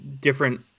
different